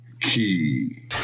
Key